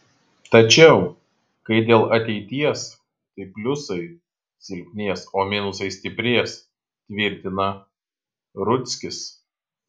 tačiau kai dėl ateities tai pliusai silpnės o minusai stiprės tvirtina rudzkis